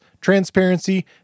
transparency